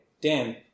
Dan